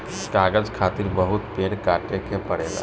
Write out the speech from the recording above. कागज खातिर बहुत पेड़ काटे के पड़ेला